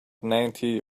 ninety